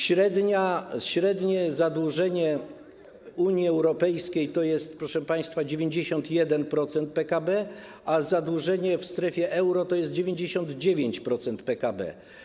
Średnie zadłużenie w Unii Europejskiej to jest, proszę państwa, 91% PKB, a zadłużenie w strefie euro to 99% PKB.